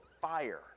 fire